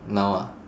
now ah